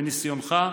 מניסיונך.